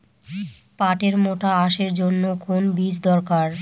পাটের মোটা আঁশের জন্য কোন বীজ দরকার?